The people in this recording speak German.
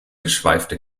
geschweifte